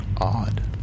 odd